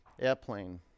Airplane